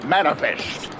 Manifest